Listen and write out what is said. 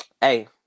Hey